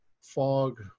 fog